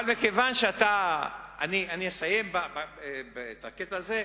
אבל כיוון שהיתה, אני אסיים את הקטע הזה,